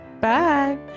bye